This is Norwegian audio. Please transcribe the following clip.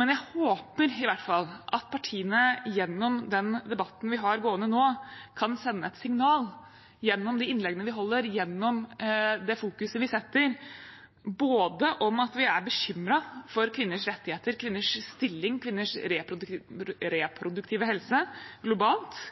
men jeg håper i hvert fall at partiene gjennom den debatten vi har gående nå, kan sende et signal gjennom de innleggene vi holder, gjennom det fokuset vi setter på at vi er bekymret for kvinners rettigheter, kvinner stilling, kvinners reproduktive helse globalt,